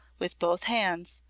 with both hands,